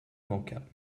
manqua